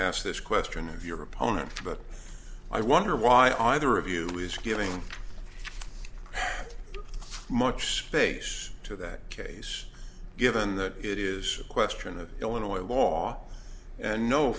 ask this question of your opponent but i wonder why on either of you is giving much space to that case given the use of question of illinois law and no